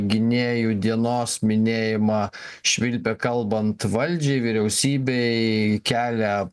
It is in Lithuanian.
gynėjų dienos minėjimą švilpia kalbant valdžiai vyriausybei kelia